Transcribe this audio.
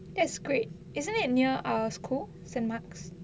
that's great isn't it near err school saint mark's